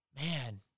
Man